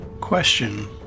Question